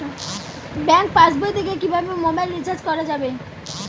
Bank পাশবই থেকে কিভাবে মোবাইল রিচার্জ করা যাবে?